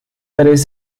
tres